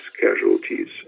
casualties